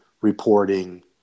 reporting